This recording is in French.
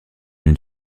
une